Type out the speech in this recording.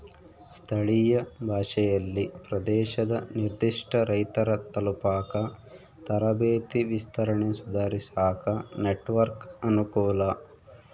ಸ್ಥಳೀಯ ಭಾಷೆಯಲ್ಲಿ ಪ್ರದೇಶದ ನಿರ್ಧಿಷ್ಟ ರೈತರ ತಲುಪಾಕ ತರಬೇತಿ ವಿಸ್ತರಣೆ ಸುಧಾರಿಸಾಕ ನೆಟ್ವರ್ಕ್ ಅನುಕೂಲ